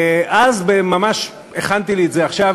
ואז, ממש, הכנתי לי את זה עכשיו.